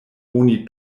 oni